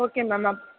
okay ma'am up